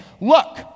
Look